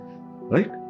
Right